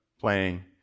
playing